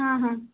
ହଁ ହଁ